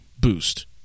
boost